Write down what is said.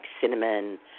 cinnamon